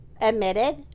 admitted